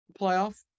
playoff